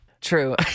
True